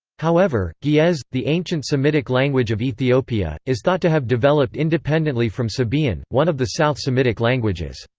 however, ge'ez, the ancient semitic language of ethiopia, is thought to have developed independently from sabaean, one of the south semitic languages.